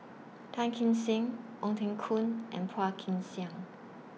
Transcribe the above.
Tan Kim Seng Ong Teng Koon and Phua Kin Siang